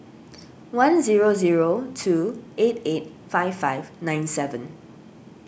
one zero zero two eight eight five five nine seven